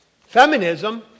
feminism